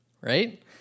right